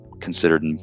considered